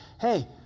hey